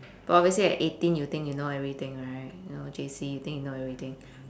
but obviously at eighteen you think you know everything right you know J_C you think you know everything